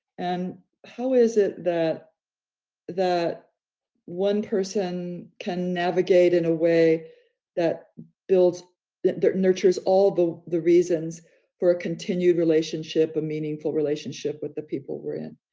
and how is it that that one person can navigate in a way that builds on that nurtures all the the reasons for a continued relationship, a meaningful relationship with the people we're in?